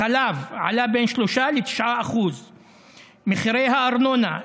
החלב עלה ב-3% 9%. מחירי הארנונה,